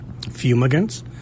fumigants